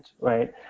right